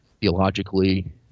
theologically